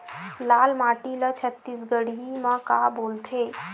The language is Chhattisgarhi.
लाल माटी ला छत्तीसगढ़ी मा का बोलथे?